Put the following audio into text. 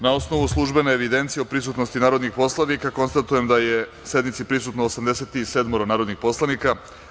Na osnovu službene evidencije o prisutnosti narodnih poslanika, konstatujem da sednici prisustvuje 87 narodnih poslanika.